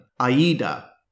Aida